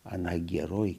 ana geroji